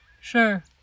Sure